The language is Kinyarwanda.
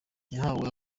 yahawe